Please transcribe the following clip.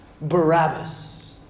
Barabbas